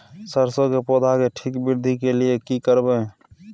सरसो के पौधा के ठीक वृद्धि के लिये की करबै?